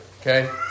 Okay